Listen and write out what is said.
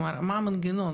כלומר מה הוא המנגנון,